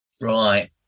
Right